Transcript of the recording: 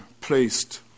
placed